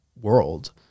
world